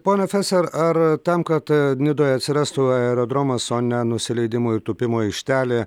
ponia feser ar tam kad nidoje atsirastų aerodromas o ne nusileidimo ir tūpimo aikštelė